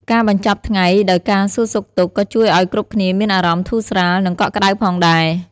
ការបញ្ចប់ថ្ងៃដោយការសួរសុខទុក្ខ ក៏ជួយឲ្យគ្រប់គ្នាមានអារម្មណ៍ធូរស្រាល និងកក់ក្ដៅផងដែរ។